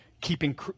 keeping